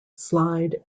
slide